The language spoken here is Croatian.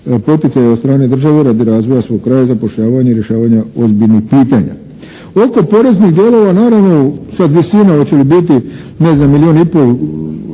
poticaja od strane države radi razvoja svog kraja i zapošljavanja i rješavanja ozbiljnih pitanja. Oko poreznih dijelova naravno sad visina hoće li biti ne znam milijun i pol